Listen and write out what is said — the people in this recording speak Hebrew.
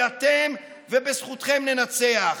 כי אתם, ובזכותכם ננצח.